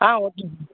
ஆ ஓகேங்க